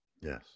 Yes